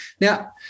Now